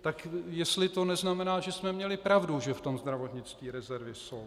Tak jestli to neznamená, že jsme měli pravdu, že v tom zdravotnictví rezervy jsou?